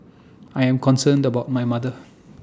I am concerned about my mother